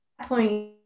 point